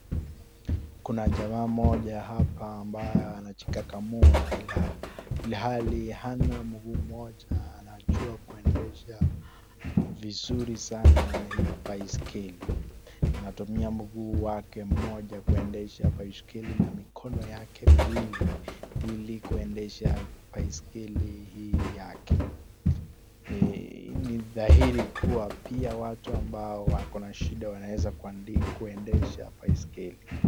Kuna jamaa moja hapa ambaye anajikakamua ila ilhali hana mguu moja anajua kuendesha vizuri sana hii baiskeli. Anatumia mguu wake moja kuendesha baiskeli na mikono yake miwili ili kuendesha baiskeli hii yake. Ni dhahiri kuwa pia watu ambao wako na shida wanaweza kuendesha baiskeli.